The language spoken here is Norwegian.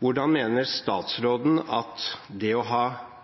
Hvordan mener statsråden at det å ha